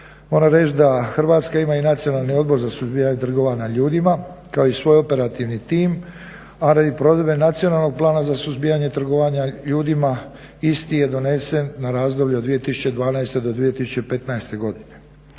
Moram reći da Hrvatska ima i Nacionalni odbor za suzbijanje trgovanjem ljudima kao i svoj operativni tim, a radi provedbe Nacionalnog plana za suzbijanja trgovanja ljudima isti je donesen na razdoblje od 2012.do 2015.godine.